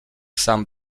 sam